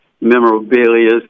memorabilia